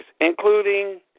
including